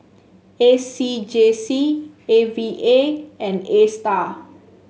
A C J C A V A and Astar